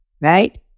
right